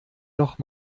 noch